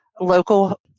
local